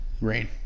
Rain